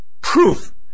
proof